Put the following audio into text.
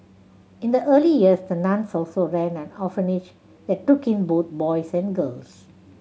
in the early years the nuns also ran an orphanage that took in both boys and girls